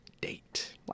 date